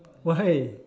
why